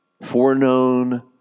Foreknown